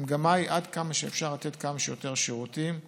המגמה היא עד כמה שאפשר לתת כמה שיותר שירותים לאזרחים,